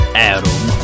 Adam